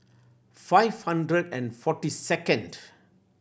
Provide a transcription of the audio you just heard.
five hundred and forty second